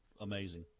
Amazing